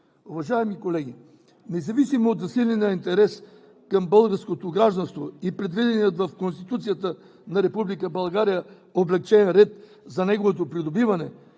Уважаеми колеги, независимо от засиления интерес към българското гражданство и предвидения в Конституцията на Република България облекчен ред за неговото придобиване